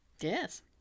yes